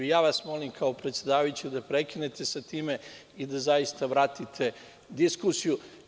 Molim vas, kao predsedavajuću, da prekinete sa time i da zaista vratite diskusiju.